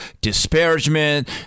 disparagement